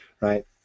right